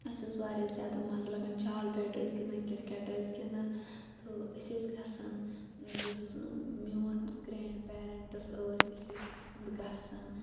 اَسہِ اوس واریاہ زیادٕ مَزٕ لَگان جال بیٚٹ ٲسۍ گِندان کِرکَٹ ٲسۍ گِندان تہٕ أسۍ ٲسۍ گَژھان یُس میٚون گرینڑ پیرَنٹٕس ٲسۍ أسۍ ٲسۍ تِہُند گَژھان